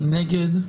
מי נגד?